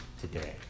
today